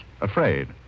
Afraid